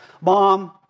Mom